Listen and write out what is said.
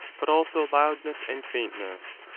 but also loudness and faintness,